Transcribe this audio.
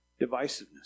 divisiveness